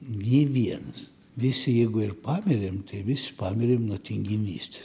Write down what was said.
nė vienas visi jeigu ir pamirėm tai visi pamirėm nuo tinginystės